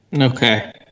okay